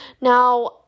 Now